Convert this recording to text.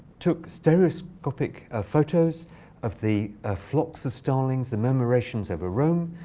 took stereoscopic photos of the flocks of starlings the murmurations over rome.